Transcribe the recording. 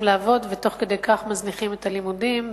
לעבוד ותוך כדי כך מזניחים את הלימודים,